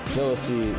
Jealousy